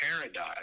paradise